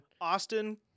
Austin